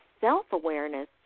self-awareness